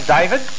David